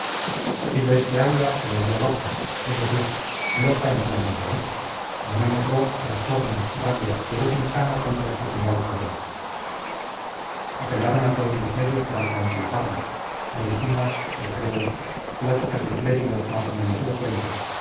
que aura se volvió loca es decir loca enteramente no llamémoslo trastorno rabia furor insano contra sus embaucadores apelaron a todos los medios para tranquilizarla medicinas recreos pláticas de clérigos más o menos elocuentes